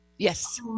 Yes